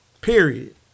Period